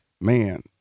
man